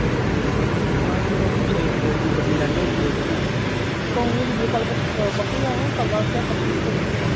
चलो ठीक ऐ में दिक्खनां फिर मेरे कुसै दोस्त दी गड्डी लैन्ने आं इक दो दिन कदूं धोड़ी में कल परसूं परसूं गै आवां जां कल ओचै परसूं कदूं औचै